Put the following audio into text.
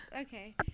okay